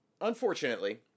Unfortunately